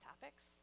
topics